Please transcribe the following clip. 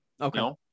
Okay